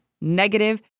negative